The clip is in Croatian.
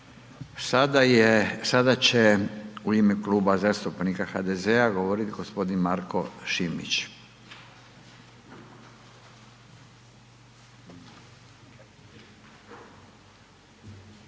sada će u ime Kluba zastupnika HDZ-a govorit g. Marko Šimić.